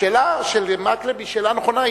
השאלה של מקלב היא שאלה נכונה.